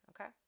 Okay